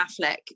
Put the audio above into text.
Affleck